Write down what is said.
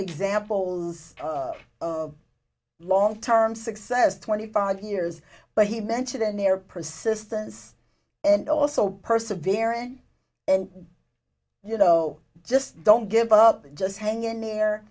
examples of long term success twenty five years but he mentioned in their persistence and also perseverance and you know just don't give up and just hang in there